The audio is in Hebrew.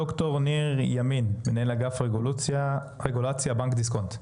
ד"ר ניר ימין, מנהל אגף רגולציה , בנק דיסקונט.